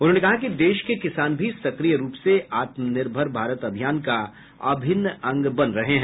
उन्होंने कहा कि देश के किसान भी सक्रिय रूप से आत्मनिर्भर भारत अभियान का अभिन्न अंग बन रहे हैं